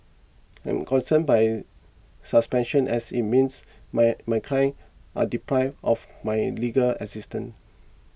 I am concerned by suspension as it means my my clients are deprived of my legal assistance